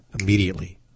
immediately